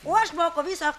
o aš moku viso